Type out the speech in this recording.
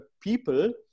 people